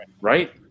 Right